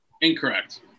Incorrect